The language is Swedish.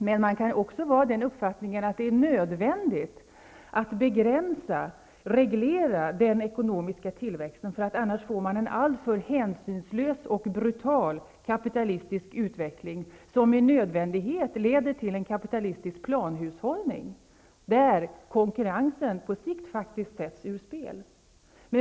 Men man kan också ha uppfattningen att det är nödvändigt att begränsa och reglera den ekonomiska tillväxten för att man annars får en alltför hänsynslös och brutal kapitalistisk utveckling, som med nödvändighet leder till en kapitalistisk planhushållning, där konkurrensen på sikt faktiskt sätts ur spel.